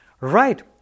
Right